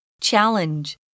Challenge